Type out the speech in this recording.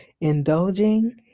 indulging